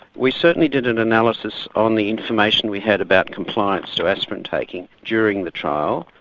we certainly did an analysis on the information we had about compliance to aspirin taking during the trial.